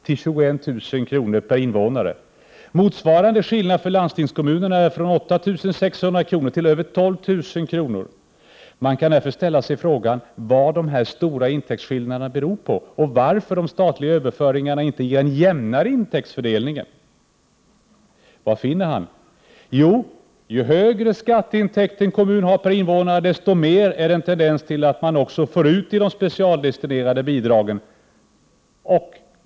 till 21 000 kr. per invånare. Motsvarande variation för landstingskommunerna är mellan 8 600 kr. och över 12 000 kr. per invånare. Man kan därför ställa sig frågan vad dessa stora intäktsskillnader beror på och varför de statliga överföringarna inte ger en jämnare intäktsfördelning. Vad finner då Jan Thore Pedersen? Jo, tendensen är den att ju högre skatteintäkt per invånare en kommun har, desto mer får den ut i specialdestinerade bidrag.